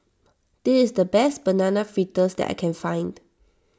this is the best Banana Fritters that I can find